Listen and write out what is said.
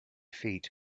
feet